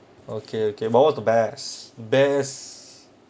okay okay but what the best bears